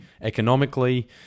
economically